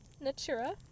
Natura